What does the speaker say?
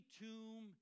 tomb